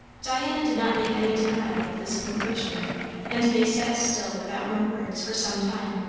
diana did not make any denial of this conclusion and they sat still without more words, for some time,